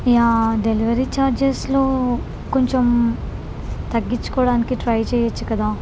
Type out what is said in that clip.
yeah delivery ఛార్జెస్లో కొంచెం తగ్గించుకోవడానికి ట్రై చేయచ్చు కదా